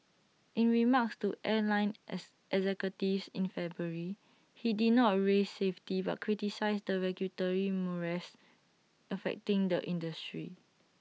in remarks to airline ex executives in February he did not raise safety but criticised the regulatory morass affecting the industry